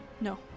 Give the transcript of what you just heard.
No